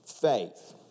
faith